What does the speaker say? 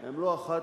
הם לא אחת,